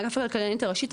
מאגף הכלכלנית הראשית,